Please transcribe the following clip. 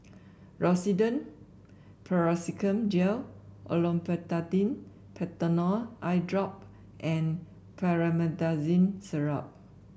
Rosiden Piroxicam Gel Olopatadine Patanol Eyedrop and Promethazine Syrup